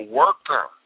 worker